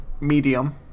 medium